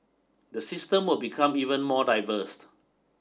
the system will become even more diverse